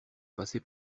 passer